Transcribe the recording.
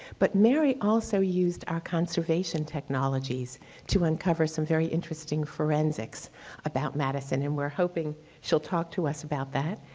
but mary also used our conservation technologies to uncover some very interesting forensics about madison. and we're hoping she'll talk to us about that.